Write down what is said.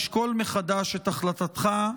לשאול מחדש את החלטתך?